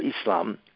Islam